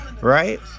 right